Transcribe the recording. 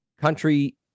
country